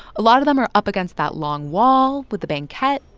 a lot of them are up against that long wall with the banquette.